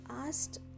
asked